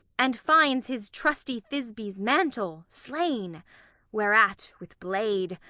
and finds his trusty thisby's mantle slain whereat with blade,